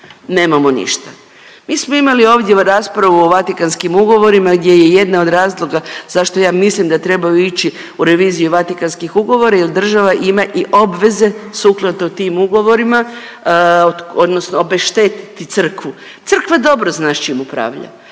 nemamo ništa. Mi smo imali ovdje raspravu o Vatikanskim ugovorima gdje je jedna od razloga zašto ja mislim da trebaju ići u reviziju Vatikanskih ugovora, jer država ima i obveze sukladno tim ugovorima odnosno obeštetiti crkvu. Crkva dobro zna s čim upravlja,